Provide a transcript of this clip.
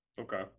Okay